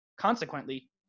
consequently